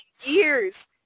years